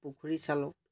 পুখুৰী চালো